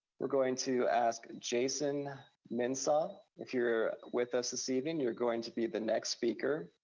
we're going to ask jason minsaw, if you're with us this evening, you're going to be the next speaker.